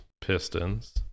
Pistons